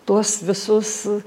tuos visus